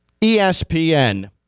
ESPN